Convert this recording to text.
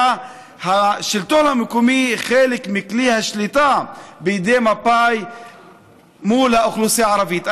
השלטון המקומי היה חלק מכלי השליטה בידי מפא"י מול האוכלוסייה הערבית.